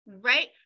right